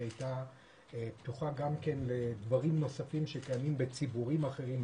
היא הייתה פתוחה גם לדברים נוספים שקיימים בציבורים אחרים.